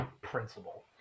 principle